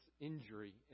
injury